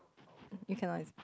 you cannot